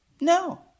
No